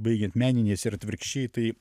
baigiant meniniais ir atvirkščiai tai